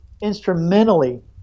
instrumentally